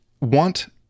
want